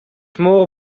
муу